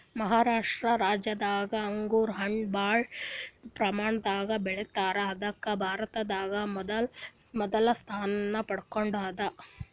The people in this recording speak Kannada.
ಮಹಾರಾಷ್ಟ ರಾಜ್ಯದಾಗ್ ಅಂಗೂರ್ ಹಣ್ಣ್ ಭಾಳ್ ಪ್ರಮಾಣದಾಗ್ ಬೆಳಿತಾರ್ ಅದಕ್ಕ್ ಭಾರತದಾಗ್ ಮೊದಲ್ ಸ್ಥಾನ ಪಡ್ಕೊಂಡದ್